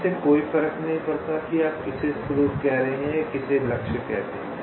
इससे कोई फर्क नहीं पड़ता कि आप किसे स्रोत कह रहे हैं और जिसे आप लक्ष्य कहते हैं